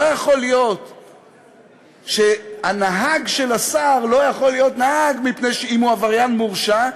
לא יכול להיות שהנהג של השר לא יכול להיות נהג אם הוא עבריין מורשע,